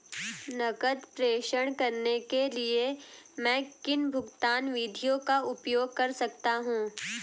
नकद प्रेषण करने के लिए मैं किन भुगतान विधियों का उपयोग कर सकता हूँ?